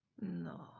No